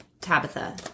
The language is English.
Tabitha